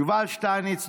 יובל שטייניץ,